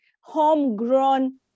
homegrown